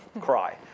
cry